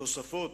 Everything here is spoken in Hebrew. תודה,